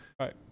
right